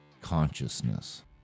consciousness